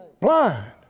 Blind